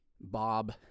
Bob